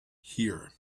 here